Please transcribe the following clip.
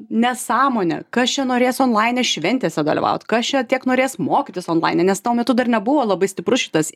nesąmonė kas čia norės onlaine šventėse dalyvaut kas čia tiek norės mokytis onlaine nes tuo metu dar nebuvo labai stiprus šitas